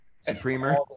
Supremer